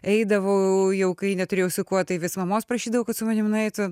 eidavau jau kai neturėjau su kuo tai vis mamos prašydavau kad su manim nueitų